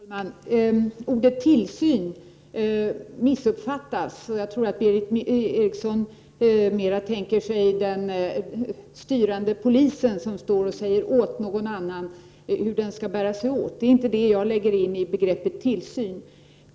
Herr talman! Ordet tillsyn missuppfattas. Jag tror att Berith Eriksson mera tänker sig den styrande polisen, som säger åt någon annan hur denne skall bära sig åt. Det är inte detta jag lägger in i begreppet tillsyn.